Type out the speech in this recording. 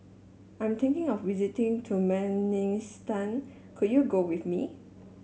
I'm thinking of visiting Turkmenistan can you go with me